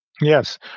yes